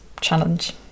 challenge